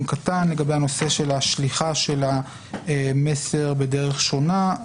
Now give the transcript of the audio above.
קטן לגבי הנושא של השליח של המסר בדרך שונה,